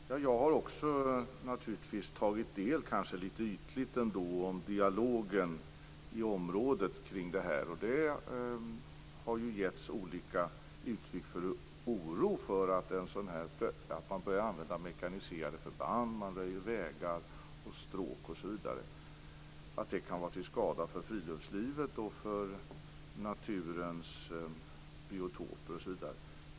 Fru talman! Jag har också naturligtvis - kanske litet ytligt - tagit del av dialogen i området kring detta. Det har givits olika uttryck för oro för att man börjar använda mekaniserade förband, för att man röjer vägar och stråk osv. och för att det kan vara till skada för bl.a. friluftslivet och naturens biotoper.